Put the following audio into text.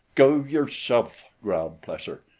go yourself, growled plesser.